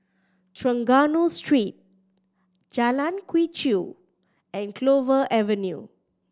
Trengganu Street Jalan Quee Chew and Clover Avenue